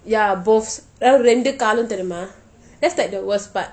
ya boths இரண்டு காலும் தெரியுமா:irandu kaalum theriyuma that's like the worst part